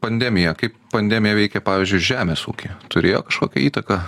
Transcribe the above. pandemija kaip pandemija veikė pavyzdžiui žemės ūkyje turėjo kažkokią įtaką